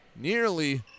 Nearly